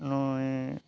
ᱱᱩᱭ